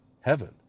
heaven